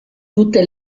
tutte